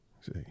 See